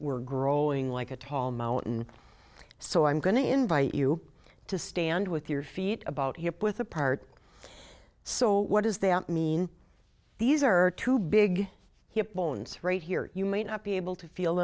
we're growing like a tall mountain so i'm going to invite you to stand with your feet about hip with a part so what does that mean these are two big hip bones right here you may not be able to feel